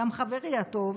גם חברי הטוב,